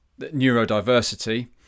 neurodiversity